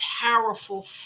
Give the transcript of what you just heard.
powerful